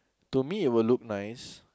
to me it will look nice